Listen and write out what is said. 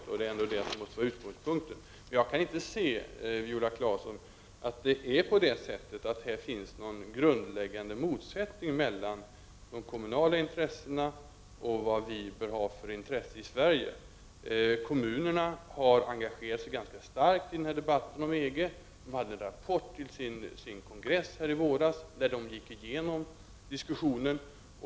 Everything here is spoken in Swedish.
Och detta måste ändå vara utgångspunkten. Men, Viola Claesson, jag kan inte se att det här finns någon grundläggande motsättning mellan de kommunala intressena och de intressen vi bör ha i Sverige. Kommunerna har engagerat sig ganska starkt i debatten om EG. De hade vid sin kongress i våras en rapport som gick igenom diskussionen.